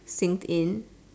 sinked in